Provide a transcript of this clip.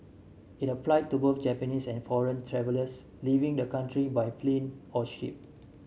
it applies to both Japanese and foreign travellers leaving the country by plane or ship